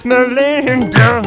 Melinda